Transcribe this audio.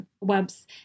webs